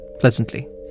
pleasantly